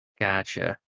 Gotcha